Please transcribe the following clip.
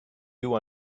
you